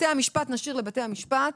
את בתי המשפט נשאיר לבתי המשפט,